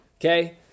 Okay